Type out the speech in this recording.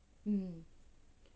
mm